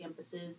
campuses